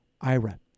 IRA